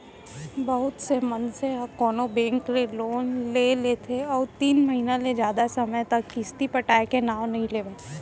बहुत से मनसे ह कोनो बेंक ले लोन ले लेथे अउ तीन महिना ले जादा समे तक किस्ती पटाय के नांव नइ लेवय